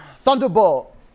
thunderbolt